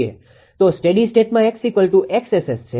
તો સ્ટેડી સ્ટેટમાં X𝑋𝑆𝑆 છે